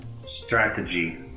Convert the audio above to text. strategy